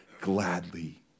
gladly